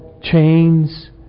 chains